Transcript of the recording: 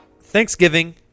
Thanksgiving